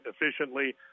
efficiently